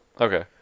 Okay